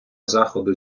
заходу